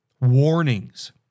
warnings